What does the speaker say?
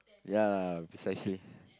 ya precisely